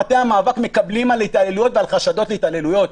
במטה המאבק מקבלים על התעללויות ועל חשדות להתעללויות.